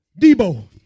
Debo